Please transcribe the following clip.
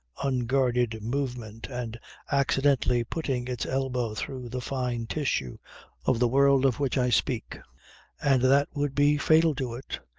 unguarded movement and accidentally putting its elbow through the fine tissue of the world of which i speak and that would be fatal to it.